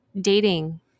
dating